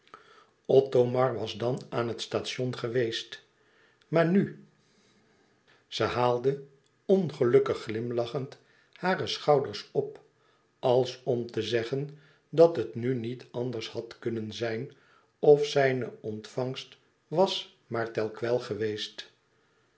othomar was dan aan het station geweest maar nu ze haalde ongelukkig glimlachend hare schouders op als om te zeggen dat het nu niet anders had kunnen zijn of zijne ontvangst was maar tel quel geweest